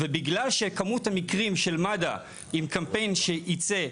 ובגלל שכמות המקרים של מד"א, עם קמפיין שיצא,